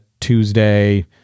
Tuesday